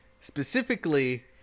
specifically